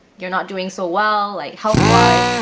you're not doing so well like health wise!